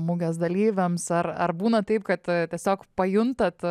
mugės dalyviams ar ar būna taip kad tiesiog pajuntat